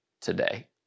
today